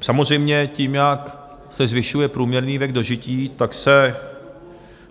Samozřejmě tím, jak se zvyšuje průměrný věk dožití, tak se